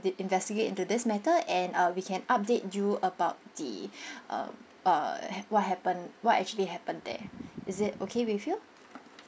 investigate into this matter and uh we can update you about the uh what happened what actually happened there is is okay with you